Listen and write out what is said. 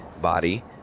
body